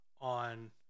on